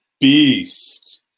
beast